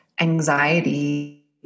anxiety